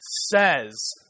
says